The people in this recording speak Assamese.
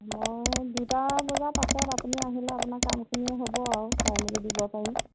মই দুটা বজাত পাছত আপুনি আহিলে আপোনাক কামখিনিয়ে হ'ব আৰু চাই মেলি দিব পাৰিম